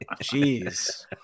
Jeez